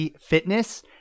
fitness